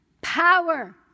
power